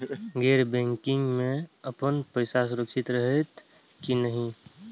गैर बैकिंग में अपन पैसा सुरक्षित रहैत कि नहिं?